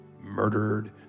murdered